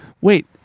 wait